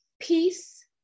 Peace